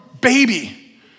baby